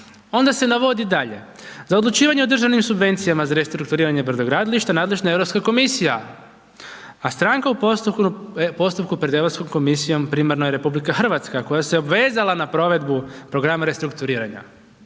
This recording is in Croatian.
Onda se navodi dalje. Za odlučivanje o državnim subvencijama za restrukturiranje brodogradilišta, nadležna je EU komisija. A stranka u postupku pred EU komisijom, primarno je RH koja se obvezala na provedbu programa restrukturiranja.